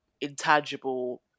intangible